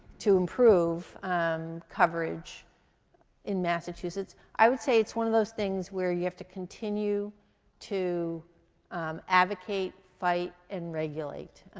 to improve um coverage in massachusetts. i would say it's one of those things where you have to continue to advocate, fight, and regulate.